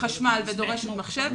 חשמל ודורשת מחשב,